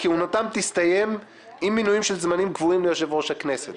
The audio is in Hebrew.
כהונתם תסתיים עם מינויים של סגנים קבועים ליושב-ראש הכנסת.